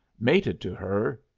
mated to her,